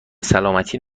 سلامتی